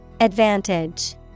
advantage